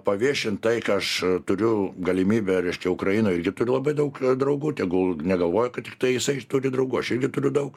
paviešint tai ką aš turiu galimybę reiškia ukrainoj irgi turi labai daug draugų tegul negalvoja kad tiktai jisai turi draugų aš irgi turiu daug